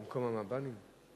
במקום המב"נים?